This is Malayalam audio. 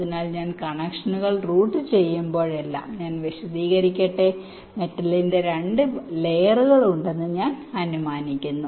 അതിനാൽ ഞാൻ കണക്ഷനുകൾ റൂട്ട് ചെയ്യുമ്പോഴെല്ലാം ഞാൻ വിശദീകരിക്കട്ടെ മെറ്റലിന്റെ 2 ലയറുകളുണ്ടെന്ന് ഞാൻ അനുമാനിക്കുന്നു